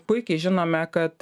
puikiai žinome kad